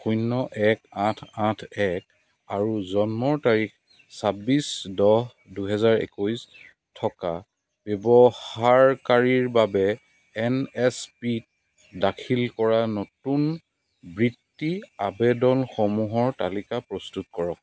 শূন্য এক আঠ আঠ এক আৰু জন্মৰ তাৰিখ ছাব্বিছ দহ দুহেজাৰ একৈছ থকা ব্যৱহাৰকাৰীৰ বাবে এন এছ পি ত দাখিল কৰা নতুন বৃত্তি আৱেদনসমূহৰ তালিকা প্ৰস্তুত কৰক